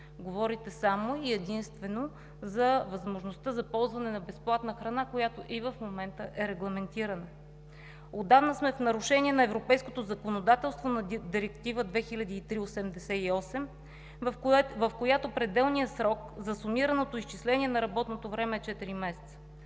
Говорите само и единствено за възможността за ползване на безплатна храна, която е регламентирана и в момента. Отдавна сме в нарушение на европейското законодателство на Директива 2003/88, в която пределният срок за сумираното изчисление на работното време е четири месеца.